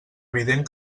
evident